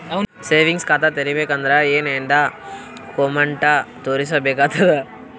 Savings ಖಾತಾ ತೇರಿಬೇಕಂದರ ಏನ್ ಏನ್ಡಾ ಕೊಮೆಂಟ ತೋರಿಸ ಬೇಕಾತದ?